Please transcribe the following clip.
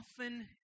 Often